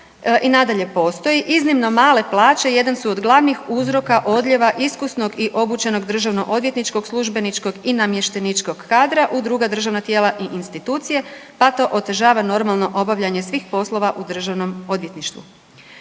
i nadalje postoji. Iznimno male plaće jedan su od glavnih uzroka odlijeva iskusnog i obučenog državno-odvjetničkog službeničkog i namješteničkog kadra u druga državna tijela i institucije, pa to otežava normalno obavljanje svih poslova u Državnom odvjetništvu.